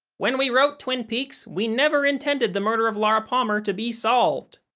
when we wrote twin peaks, we never intended the murder of laura palmer to be solved.